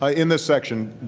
ah in this section,